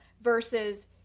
versus